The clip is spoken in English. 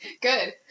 Good